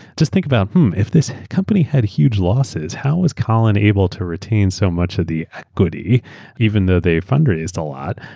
just think about if this company had huge losses, how is colin able to retain so much of the equity even though they fundraised a lot?